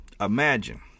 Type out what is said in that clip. imagine